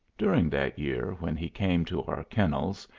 during that year, when he came to our kennels,